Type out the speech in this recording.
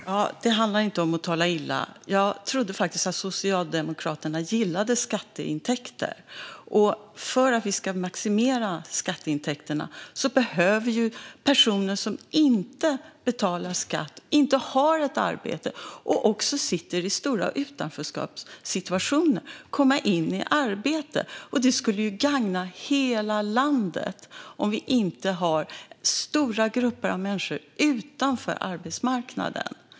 Herr talman! Det handlar inte om att tala illa. Jag trodde faktiskt att Socialdemokraterna gillade skatteintäkter. För att vi ska maximera skatteintäkterna behöver personer som inte betalar skatt, som inte har ett arbete och som befinner sig i en situation med stort utanförskap komma in i arbete. Det skulle ju gagna hela landet om vi inte hade stora grupper av människor utanför arbetsmarknaden.